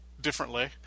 differently